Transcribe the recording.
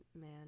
man